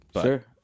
sure